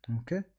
Okay